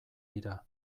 dira